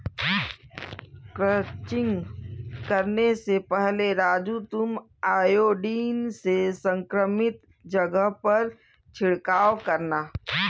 crutching करने से पहले राजू तुम आयोडीन से संक्रमित जगह पर छिड़काव करना